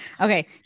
Okay